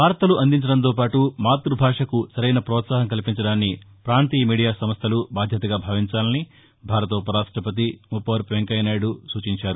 వార్తలు అందించడంతో పాటు మాత్బభాషకు సరైన ప్రోత్సాహం కల్పించడాన్ని ప్రాంతీయ మీడియా సంస్లలు బాధ్యతగా భావించాలని భారత ఉప రాష్టపతి ముప్పవరపు వెంకయ్యనాయుడు కోరారు